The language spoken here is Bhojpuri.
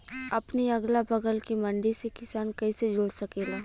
अपने अगला बगल के मंडी से किसान कइसे जुड़ सकेला?